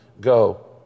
go